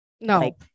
No